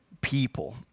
people